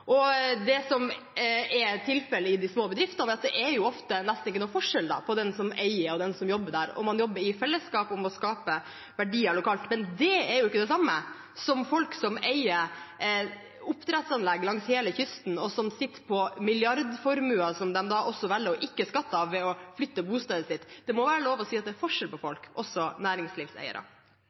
Det som er tilfellet i de små bedriftene, er at det ofte nesten er ikke noen forskjell på den som eier, og de som jobber der, og man jobber i fellesskap om å skape verdier lokalt. Men det er ikke det samme som folk som eier oppdrettsanlegg langs hele kysten, og som sitter på milliardformuer som de også velger å ikke skatte av, ved å flytte bostedet sitt. Det må være lov å si at det er forskjell på folk – også næringslivseiere.